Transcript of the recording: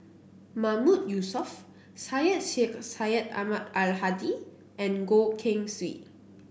Mahmood Yusof Syed Sheikh Syed Ahmad Al Hadi and Goh Keng Swee